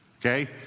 Okay